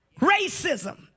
racism